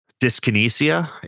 dyskinesia